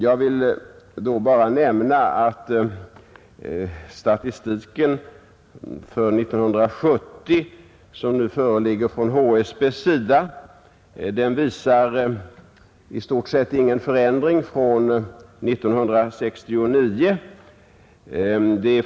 Jag vill nämna att statistiken för 1970 som nu föreligger från HSB i stort sett inte visar någon förändring från 1969.